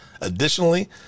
Additionally